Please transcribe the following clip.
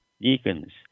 deacons